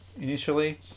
initially